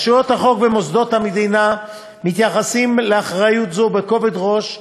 רשויות החוק ומוסדות המדינה מתייחסים לאחריות זו בכובד ראש,